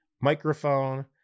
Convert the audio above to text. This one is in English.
microphone